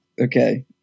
okay